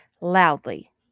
Loudly